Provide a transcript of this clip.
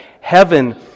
Heaven